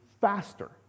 faster